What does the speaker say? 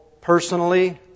personally